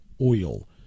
oil